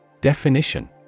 Definition